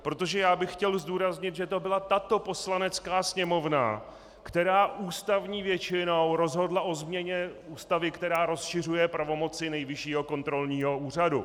Protože bych chtěl zdůraznit, že to byla tato Poslanecká sněmovna, která ústavní většinou rozhodla o změně Ústavy, která rozšiřuje pravomoci Nejvyššího kontrolního úřadu.